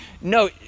No